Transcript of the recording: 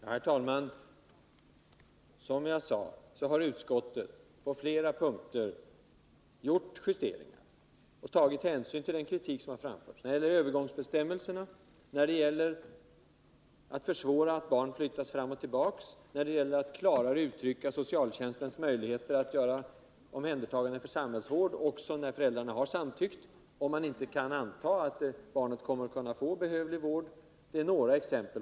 Herr talman! Utskottet har, som jag sade, gjort justeringar på flera punkter och tagit hänsyn till den kritik som har framförts. Ändringar har gjorts i fråga om övergångsbestämmelserna, vad gäller att försvåra att barn flyttas fram och tillbaka, när det gäller att klarare uttrycka socialtjänstens möjligheter till omhändertaganden för samhällsvård också när föräldrarna har samtyckt, om man inte kan anta att barnet kan få behövlig vård osv.